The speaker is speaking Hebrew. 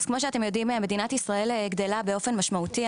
אז כמו שאתם יודעים מדינת ישראל גדלה באופן משמעותי,